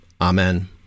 Amen